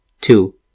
Two